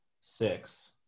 six